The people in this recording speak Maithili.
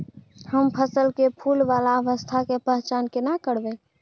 हम फसल में फुल वाला अवस्था के पहचान केना करबै?